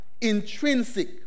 intrinsic